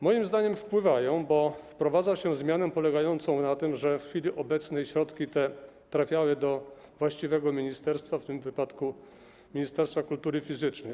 Moim zdaniem wpływają, bo wprowadza się zmianę polegającą na tym, że w chwili obecnej środki te trafiały do właściwego ministerstwa, w tym wypadku ministerstwa kultury fizycznej.